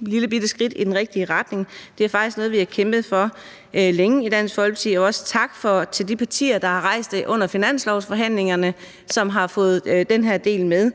lillebitte skridt i den rigtige retning, for det er faktisk noget, vi har kæmpet for længe i Dansk Folkeparti, og jeg vil også sige tak til de partier, der rejste det under finanslovsforhandlingerne, og som har fået den her del med.